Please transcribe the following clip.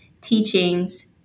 teachings